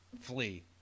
flee